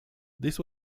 this